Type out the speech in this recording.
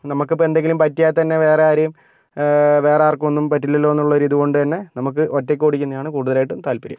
നമുക്ക് ഇപ്പം എന്തെങ്കിലും പറ്റിയാൽ തന്നെ വേറെ ആരെയും വേറെ ആര്ക്കൊന്നും പറ്റില്ലല്ലോ എന്നുള്ളൊരു ഇത് കൊണ്ടു തന്നെ നമുക്ക് ഒറ്റയ്ക്ക് ഓടിക്കുന്നതാണ് കൂടുതലായിട്ടും താത്പര്യം